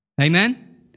Amen